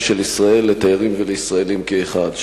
של ישראל לתיירים ולישראלים כאחד.